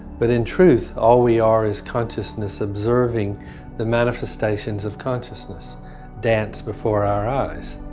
but in truth all we are is consciousness observing the manifestations of consciousness dance before our eyes.